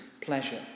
pleasure